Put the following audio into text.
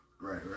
right